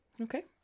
Okay